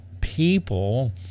people